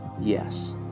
yes